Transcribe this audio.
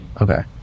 Okay